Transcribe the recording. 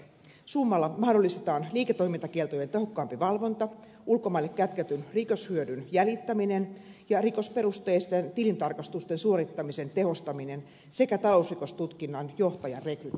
summalla mahdollistetaan liiketoimintakieltojen tehokkaampi valvonta ulkomaille kätketyn rikoshyödyn jäljittäminen ja rikosperusteisten tilintarkastusten suorittamisen tehostaminen sekä talousrikostutkinnan johtajan rekrytointi